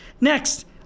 Next